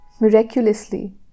miraculously